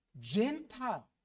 Gentile